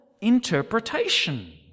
interpretation